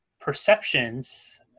perceptions